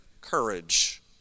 courage